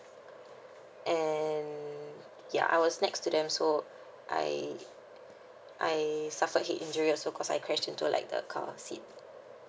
and ya I was next to them so I I suffered head injury also cause I crash into like the car seat